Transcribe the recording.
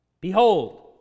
Behold